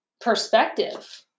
perspective